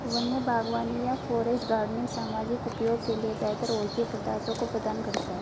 वन्य बागवानी या फॉरेस्ट गार्डनिंग सामाजिक उपयोग के लिए बेहतर औषधीय पदार्थों को प्रदान करता है